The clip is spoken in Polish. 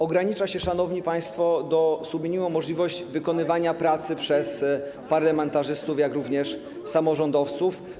Ogranicza się, szanowni państwo, do subminimum możliwość wykonywania pracy przez parlamentarzystów i samorządowców.